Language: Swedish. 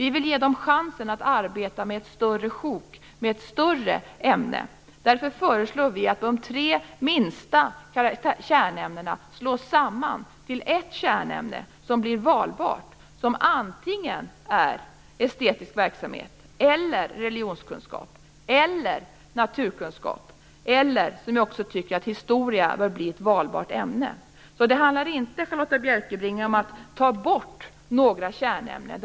Vi vill ge dem chansen att arbeta med ett större sjok, med ett större ämne. Därför föreslår vi att de tre minsta kärnämnena slås samman till ett kärnämne, som blir valbart. Det är antingen estetisk verksamhet, religionskunskap, naturkunskap eller historia - som bör bli valbart ämne. Det handlar inte, Charlotta L Bjälkebring, om att ta bort några kärnämnen.